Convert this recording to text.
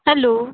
hello